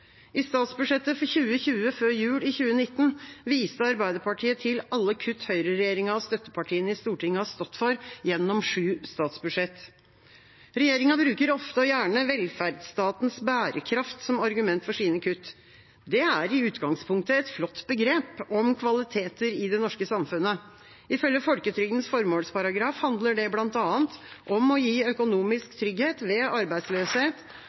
I statsbudsjettet for 2020, før jul i 2019, viste Arbeiderpartiet til alle kutt høyreregjeringa og støttepartiene i Stortinget har stått for gjennom sju statsbudsjett. Regjeringa bruker ofte og gjerne velferdsstatens bærekraft som argument for sine kutt. Det er i utgangspunktet et flott begrep om kvaliteter i det norske samfunnet. Ifølge folketrygdens formålsparagraf handler det bl.a. om å gi økonomisk trygghet ved arbeidsløshet,